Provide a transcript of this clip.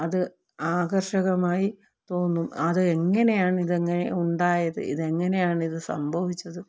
അത് ആകർഷകമായി തോന്നും അതെങ്ങനെയാണ് ഇതെങ്ങനെ ഉണ്ടായത് ഇതെങ്ങനെയാണിത് സംഭവിച്ചത്